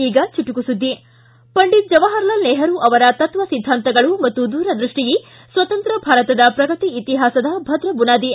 ಈಗ ಚುಟುಕು ಸುದ್ದಿ ಪಂಡಿತ್ ಜವಾಹರಲಾಲ್ ನೆಹರೂ ಅವರ ತಕ್ವ ಸಿದ್ಧಾಂತಗಳು ಮತ್ತು ದೂರದ್ಯಷ್ಟಿಯೇ ಸ್ವತಂತ್ರ ಭಾರತದ ಪ್ರಗತಿ ಇತಿಹಾಸದ ಭದ್ರ ಬುನಾದಿ